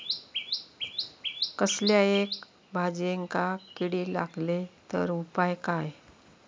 कसल्याय भाजायेंका किडे लागले तर उपाय काय?